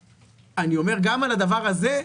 אני אומר גם על הדבר הזה,